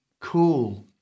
Cool